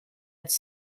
its